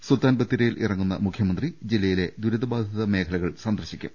സുൽത്താൻ ബത്തേരിയിൽ ഇറങ്ങുന്ന മുഖ്യമന്ത്രി ജില്ലയിലെ ദുരിത ബാധിത പ്രദേശങ്ങൾ സന്ദർശിക്കും